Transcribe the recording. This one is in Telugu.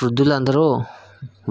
వృద్ధులందరూ